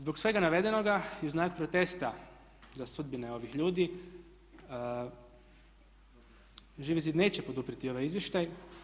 Zbog svega navedenoga i u znak protesta za sudbine ovih ljudi Živi zid neće poduprijeti ovaj izvještaj.